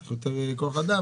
צריך יותר כוח אדם,